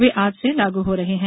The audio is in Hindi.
ये आज से लागू हो रहे हैं